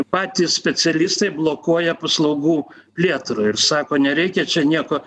patys specialistai blokuoja paslaugų plėtrą ir sako nereikia čia nieko